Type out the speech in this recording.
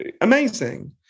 Amazing